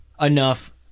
enough